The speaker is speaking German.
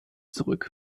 zurück